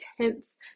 tense